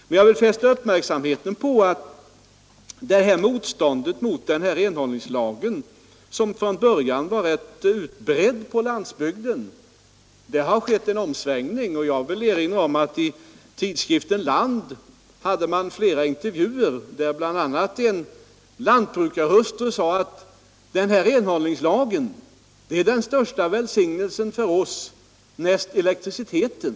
Men jag vill fästa uppmärksamheten på att när det gäller motståndet mot renhållningslagen, som från början var rätt utbrett på landsbygden, så har det skett en omsvängning. Jag kan tala om att i tidskriften Land har flera intervjuer varit införda, och i en av dem sade en lantbrukarhustru bl.a. att renhållningslagen har varit till den största välsignelsen för oss näst efter elektriciteten.